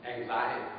anxiety